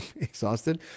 exhausted